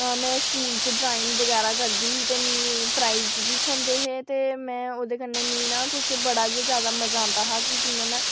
में स्कूल च ड्राइंग बगैरा करदी ही ते मी प्राइज बी थ्होंदे हे ते में ओह्दे कन्नै मी ना किश बड़ा गै ज्यादा मजा औंदा हा इ'यां में